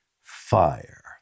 fire